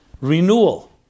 renewal